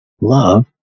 Love